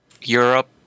Europe